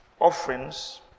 offerings